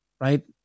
right